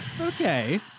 Okay